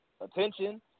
attention